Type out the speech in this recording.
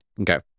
okay